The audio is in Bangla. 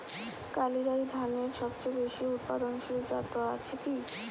কালিরাই ধানের সবচেয়ে বেশি উৎপাদনশীল জাত আছে কি?